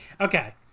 Okay